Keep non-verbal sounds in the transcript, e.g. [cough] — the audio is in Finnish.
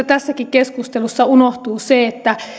[unintelligible] tässäkin keskustelussa unohtuu että